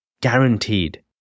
guaranteed